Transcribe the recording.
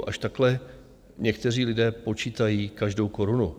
Až takhle někteří lidé počítají každou korunu.